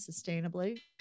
sustainably